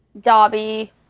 Dobby